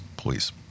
Please